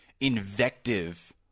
invective